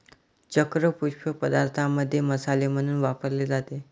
चक्र पुष्प पदार्थांमध्ये मसाले म्हणून वापरले जाते